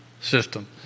system